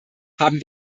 haben